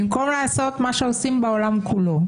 במקום לעשות מה שעושים בעולם כולו,